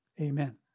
Amen